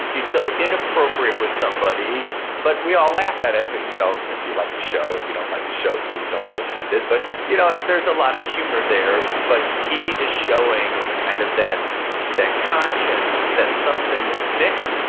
he's so inappropriate with somebody but we all laugh at it but you know if you like to show. if you don't like to show, please don't be offended but you know there's a lot of humor there but he is showing kind of that that conscience that some things stick,